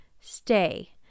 stay